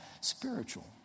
spiritual